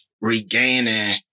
regaining